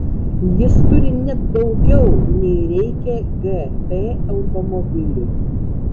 jis turi net daugiau nei reikia gt automobiliui